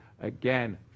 again